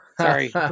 Sorry